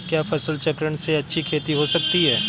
क्या फसल चक्रण से अच्छी खेती हो सकती है?